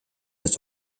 das